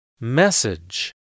Message